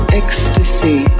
ecstasy